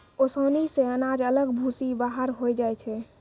ओसानी से अनाज अलग भूसी बाहर होय जाय छै